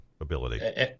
ability